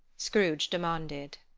scrooge demanded.